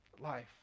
life